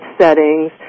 settings